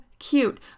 cute